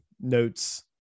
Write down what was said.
notes